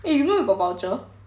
eh you know you got voucher